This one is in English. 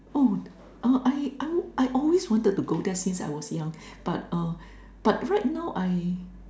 oh I I would I always wanted to go there since I was young but uh but right now I